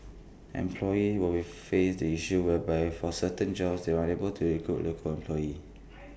employee will we face the issue whereby for certain jobs they are unable to recruit local employees